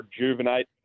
Rejuvenate